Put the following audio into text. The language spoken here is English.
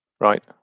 right